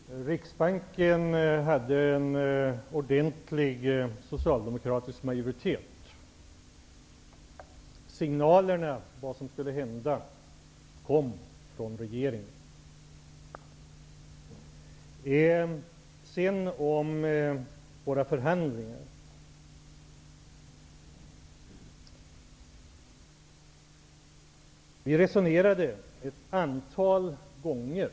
Herr talman! Riksbanken hade en ordentlig socialdemokratisk majoritet. Signalerna om vad som skulle hända kom från regeringen. När det gäller våra förhandlingar resonerade vi ett antal gånger.